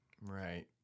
Right